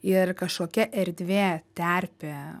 ir kažkokia erdvė terpė